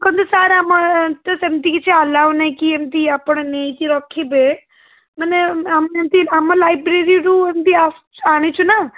ଦେଖନ୍ତୁ ସାର୍ ଆମର ଏ ତ ସେମିତି କିଛି ଆଲାଓ ନାହିଁ କି ଏମିତି ଆପଣ ନେଇକି ରଖିବେ ମାନେ ଆମେ ଏମିତି ନର୍ମାଲ୍ ଆମେ ଲାଇବ୍ରେରୀରୁ ଏମିତି ଆସ ଆଣିଛୁନା